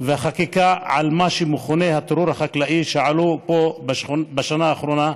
והחקיקה על מה שמכונה "הטרור החקלאי" שעלו פה בשנה האחרונה,